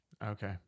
Okay